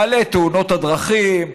מעלה את תאונות הדרכים,